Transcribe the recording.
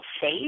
safe